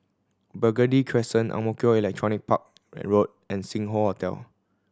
Burgundy Crescent Ang Mo Kio Electronics Park Road and Sing Hoe Hotel